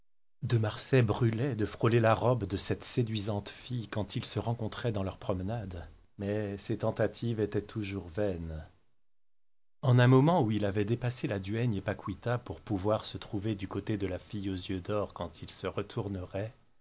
de marsay brûlait de frôler la robe de cette séduisante fille quand ils se rencontraient dans leur promenade mais ses tentatives étaient toujours vaines en un moment où il avait dépassé la duègne et paquita pour pouvoir se trouver du côté de la fille aux yeux d'or quand il se